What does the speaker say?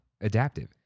adaptive